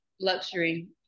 luxury